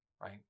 right